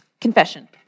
confession